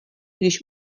když